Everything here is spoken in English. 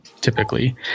typically